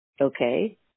Okay